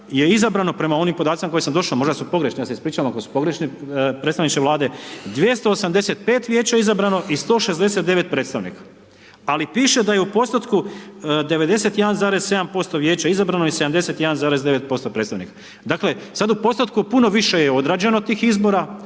je izabrano prema onim podacima do kojih sam došo, možda su pogrešni ja se ispričavam ako su pogrešni predstavniče Vlade, 285 vijeća je izabrano i 169 predstavnika, ali piše da je u postotku 91,7% vijeća izabrano i 71,9% predstavnika. Dakle, sad u postotku puno više je odrađeno tih izbora,